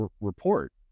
report